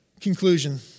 Conclusion